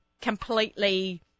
completely